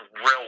real